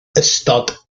ystod